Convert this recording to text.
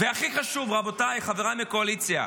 והכי חשוב, רבותיי, חברי מהקואליציה,